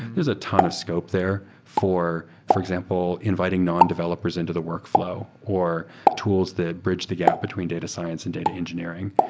there's a ton of scope there for, for example, inviting non-developers into the workfl ow or tools that bridge the gap between data science and data engineering.